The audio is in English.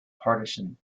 partisan